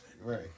Right